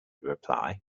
reply